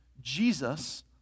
Jesus